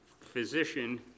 Physician